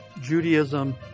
judaism